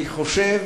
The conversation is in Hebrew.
אני חושב